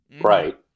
Right